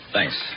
Thanks